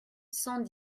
cent